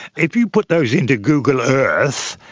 if you put those into google earth,